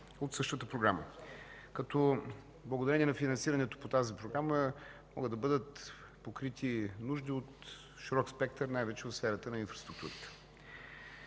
селските райони”. Благодарение на финансирането по тази програма могат да бъдат покрити нужди от широк спектър, най-вече от сферата на инфраструктурата.